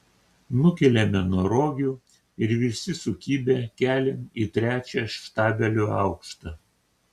nukeliame nuo rogių ir visi sukibę keliam į trečią štabelio aukštą